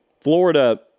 Florida